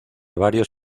varios